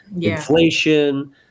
inflation